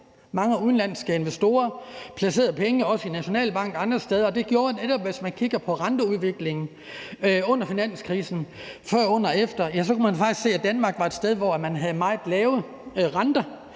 Mange udenlandske investorer placerede penge i Nationalbanken og andre steder, og det gjorde netop, at hvis man kigger på renteudviklingen før, under og efter finanskrisen, kan man faktisk se, at Danmark var et sted, hvor man havde meget lave renter,